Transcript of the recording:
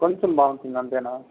కొంచెం బాగుంటుంది అంతేనా